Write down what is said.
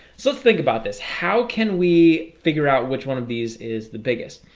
so let's think about this how can we figure out which one of these is the biggest?